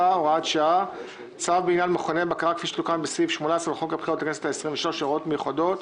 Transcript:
- הוראת שעה - צו בעניין מכוני בקרה הנושא הבא: קביעת ועדה